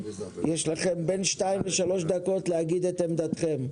יש לכן בין 2 ל-3 דקות להגיד את עמדתכם.